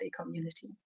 community